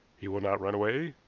he will not run away.